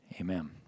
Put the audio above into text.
amen